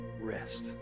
Rest